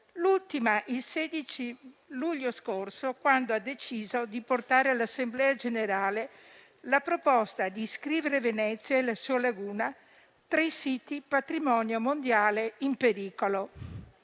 l'ultima il 16 luglio scorso, quando ha deciso di portare all'Assemblea generale la proposta di iscrivere Venezia e la sua Laguna tra i siti del patrimonio mondiale in pericolo.